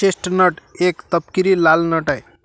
chestnut एक तपकिरी लाल नट आहे